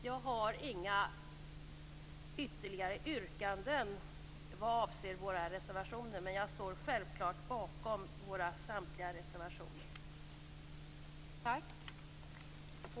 Jag har inga ytterligare yrkanden vad avser våra reservationer, men jag står självfallet bakom samtliga våra reservationer.